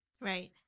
Right